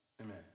Amen